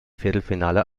viertelfinale